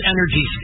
Energy